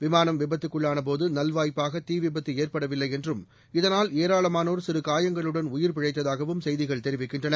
விமானம் விபத்துள்ளானபோது நல்வாய்ப்பாக தீ விபத்து ஏற்படவில்லை என்றும் இதனால் ஏராளமானோர் சிறுகாயங்களுடன் உயிர் பிழைத்ததாகவும் செய்திகள் தெரிவிக்கின்றன